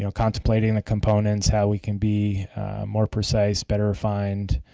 you know contemplating the components, how we can be more precise, better refined.